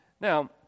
Now